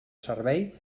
servei